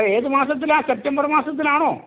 ഏത് മാസത്തിലാ സെപ്റ്റംബർ മാസത്തിലാണോ